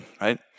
right